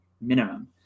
minimum